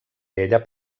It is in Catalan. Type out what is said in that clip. ella